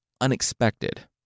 unexpected